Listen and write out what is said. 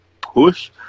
push